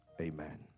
Amen